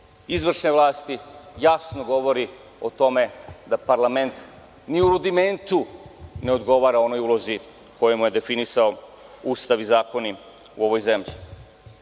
izvršne vlasti, jasno govori o tome da parlament ni u rudimentu ne odgovara onoj ulozi koju mu je definisao Ustav i zakoni u ovoj zemlji. Ukinuta